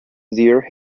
there